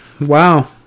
wow